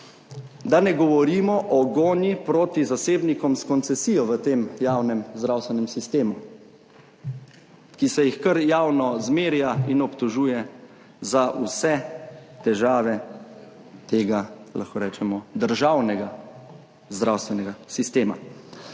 Da ne govorimo o gonji proti zasebnikom s koncesijo v tem javnem zdravstvenem sistemu, ki se jih kar javno zmerja in obtožuje za vse težave tega, lahko rečemo, državnega zdravstvenega sistema.